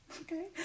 Okay